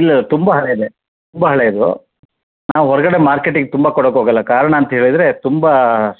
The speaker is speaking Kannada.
ಇಲ್ಲ ತುಂಬ ಹಳೆಯದೆ ತುಂಬ ಹಳೆಯದು ನಾವು ಹೊರಗಡೆ ಮಾರ್ಕೆಟಿಗೆ ತುಂಬ ಕೊಡೋಕ್ಕೋಗಲ್ಲ ಕಾರಣ ಅಂತ ಹೇಳಿದರೆ ತುಂಬ